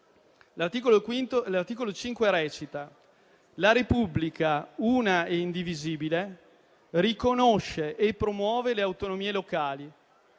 L'articolo 5 recita: «La Repubblica, una e indivisibile, riconosce e promuove le autonomie locali;